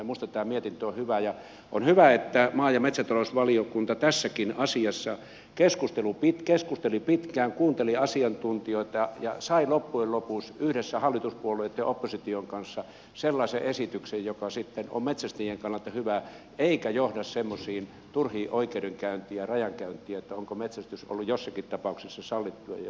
minusta tämä mietintö on hyvä ja on hyvä että maa ja metsätalousvaliokunta tässäkin asiassa keskusteli pitkään kuunteli asiantuntijoita ja sai loppujen lopuksi yhdessä hallituspuolueitten ja opposition kanssa sellaisen esityksen joka sitten on metsästäjien kannalta hyvä eikä johda semmoisiin turhiin oikeudenkäynteihin ja rajankäynteihin että onko metsästys ollut jossakin tapauksessa sallittua ja jossakin ei